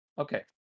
okay